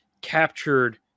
captured